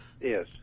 Yes